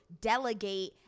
delegate